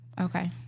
Okay